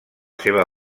seva